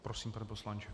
Prosím, pane poslanče.